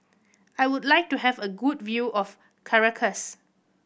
I would like to have a good view of Caracas